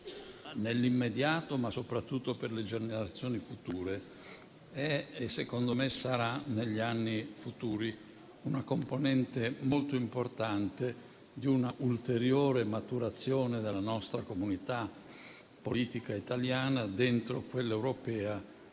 nell'immediato, ma soprattutto per le generazioni future, secondo me, è e sarà negli anni futuri la componente molto importante di un'ulteriore maturazione della nostra comunità politica italiana dentro quella europea